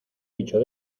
bicho